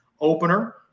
opener